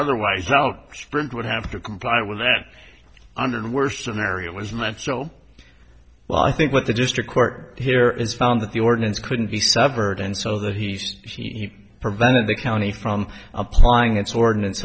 otherwise out sprint would have to comply with that under the worst scenario is met so well i think what the district court here is found that the ordinance couldn't be severed and so that he's he prevented the county from applying its ordinance